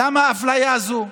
למה האפליה הזו?